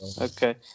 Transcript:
Okay